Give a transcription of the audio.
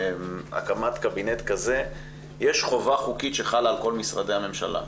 בהקמת קבינט כזה יש חובה חוקית שחלה על כל משרדי הממשלה.